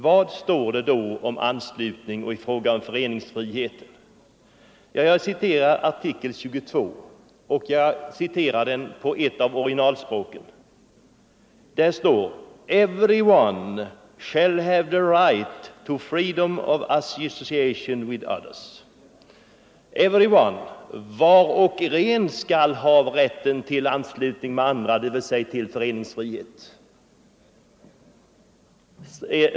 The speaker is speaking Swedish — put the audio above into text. Vad står då i fråga om föreningsfriheten och om anslutning till en förening? Jag citerar artikel 22 på ett av orginalspråken: ”Everyone shall have the right to freedom of association with others.” Everyone, alltså var och en, skall ha rätten till sammanslutning med andra, dvs. till föreningsfrihet.